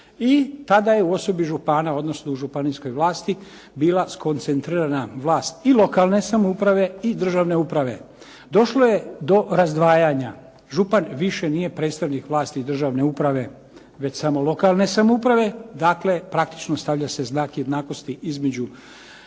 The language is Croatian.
i tada je u osobi župana, odnosno u županijskoj vlasti, bila skoncentrirana vlast i lokalne samouprave i državne uprave. Došlo je do razdvajanja, župan više nije predstavnik vlasti države uprave, već samolokalne samouprave, dakle, praktično stavlja se znak jednakosti između